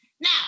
Now